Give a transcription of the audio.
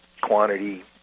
Quantity